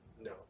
no